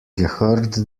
gehört